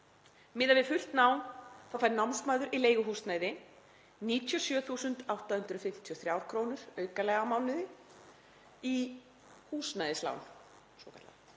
Miðað við fullt nám þá fær námsmaður í leiguhúsnæði 97.853 krónur aukalega á mánuði í húsnæðislán.